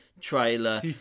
trailer